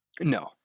No